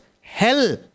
hell